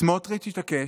סמוטריץ' התעקש,